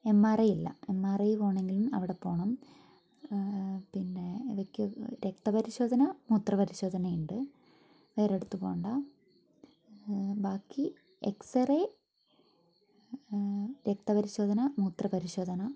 M R I ഇല്ല M R I പോകണമെങ്കിലും അവിടെപ്പോകണം പിന്നെ രക്തപരിശോധന മൂത്രപരിശോധന ഉണ്ട് വെറൊരിടത്ത് പോകേണ്ട ബാക്കി എക്സ് റേ രക്തപരിശോധന മൂത്രപരിശോധന